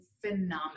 phenomenal